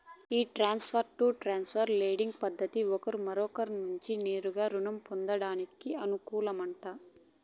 ఈ peer to peer lending పద్దతి ఒకరు మరొకరి నుంచి నేరుగా రుణం పొందేదానికి అనుకూలమట